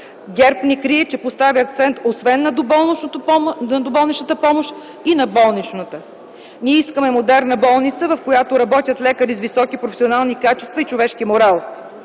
ГЕРБ не крие, че поставя акцент освен на доболничната помощ, и на болничната. Ние искаме модерна болница, в която работят лекари с високи професионални качества и човешки морал.